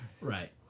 Right